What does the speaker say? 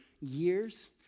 years